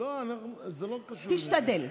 תשתדל.